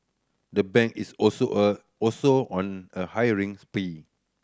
the bank is also a also on a hiring spree